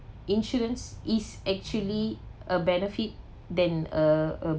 insurance is actually a benefit than a a